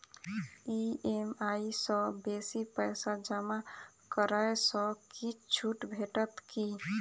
EMI सँ बेसी पैसा जमा करै सँ किछ छुट भेटत की?